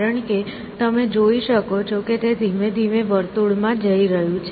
કારણ કે તમે જોઈ શકો છો કે તે ધીમે ધીમે વર્તુળમાં જઈ રહ્યું છે